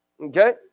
Okay